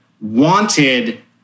wanted